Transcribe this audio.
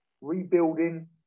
rebuilding